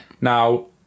Now